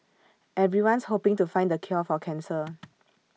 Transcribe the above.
everyone's hoping to find the cure for cancer